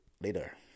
later